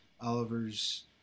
Oliver's